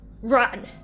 run